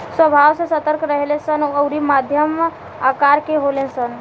स्वभाव से सतर्क रहेले सन अउरी मध्यम आकर के होले सन